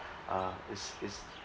uh is is